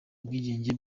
ubwigenge